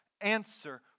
answer